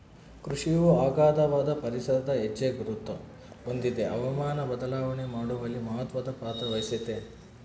ಕೃಷಿಯು ಅಗಾಧವಾದ ಪರಿಸರದ ಹೆಜ್ಜೆಗುರುತ ಹೊಂದಿದೆ ಹವಾಮಾನ ಬದಲಾವಣೆ ಮಾಡುವಲ್ಲಿ ಮಹತ್ವದ ಪಾತ್ರವಹಿಸೆತೆ